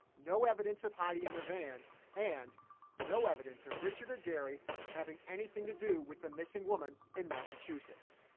no evidence of heidi in the van and no evidence of richard or gary having anything to do with the missing woman in massachusetts.